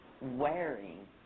wearing